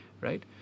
right